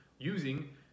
using